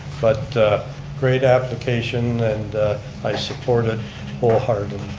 but great application and i support it wholeheartedly.